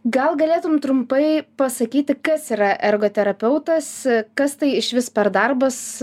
gal galėtum trumpai pasakyti kas yra ergoterapeutas kas tai išvis per darbas